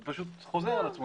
זה פשוט חוזר על עצמו,